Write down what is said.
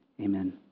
amen